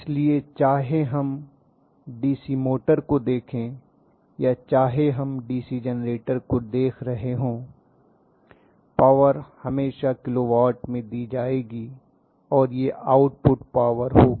इसलिए चाहे हम डीसी मोटर को देखें या चाहे हम डीसी जेनरेटर को देख रहे हों पावर हमेशा किलो वाट मे दी जाएगी और यह आउटपुट पावर होगी